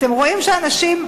אתם רואים שאנשים,